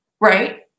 Right